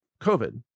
COVID